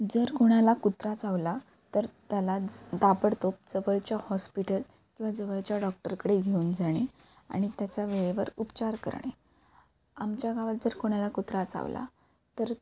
जर कोणाला कुत्रा चावला तर त्याला ताबडतोब जवळच्या हॉस्पिटल किंवा जवळच्या डॉक्टरकडे घेऊन जाणे आणि त्याचा वेळेवर उपचार करणे आमच्या गावात जर कोणाला कुत्रा चावला तर